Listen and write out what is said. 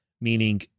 meaning